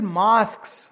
masks